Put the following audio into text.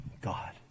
God